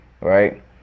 Right